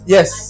Yes